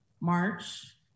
March